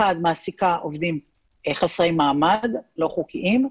אחד - מעסיקה עובדים חסרי מעמד, לא חוקיים.